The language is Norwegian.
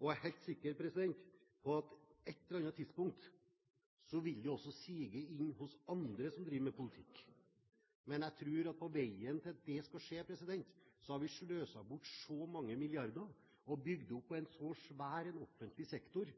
Jeg er helt sikker på at på et eller annet tidspunkt vil det også sige inn hos andre som driver med politikk, men jeg tror at vi på veien har sløst bort så mange milliarder og bygd opp en så svær offentlig sektor